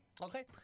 Okay